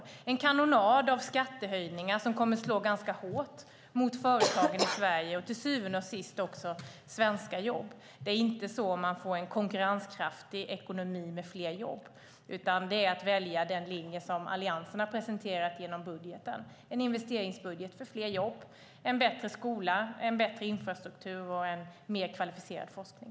Det är en kanonad av skattehöjningar som kommer att slå ganska hårt mot företagen i Sverige och till syvende och sist också mot svenska jobb. Det är inte så man får en konkurrenskraftig ekonomi med fler jobb, utan för att få det ska man välja den linje som Alliansen har presenterat genom budgeten, det vill säga en investeringsbudget för fler jobb, en bättre skola, en bättre infrastruktur och en mer kvalificerad forskning.